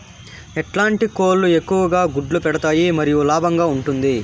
ఎట్లాంటి కోళ్ళు ఎక్కువగా గుడ్లు పెడతాయి మరియు లాభంగా ఉంటుంది?